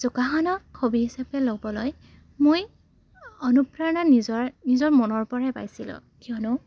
যোগাসনক hobby হিচাপে ল'বলৈ মই অনুপ্ৰেৰণা নিজৰ নিজৰ মনৰ পৰাই পাইছিলোঁ কিয়নো